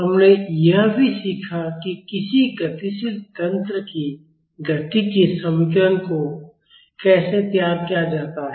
हमने यह भी सीखा कि किसी गतिशील तंत्र की गति के समीकरण को कैसे तैयार किया जाता है